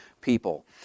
people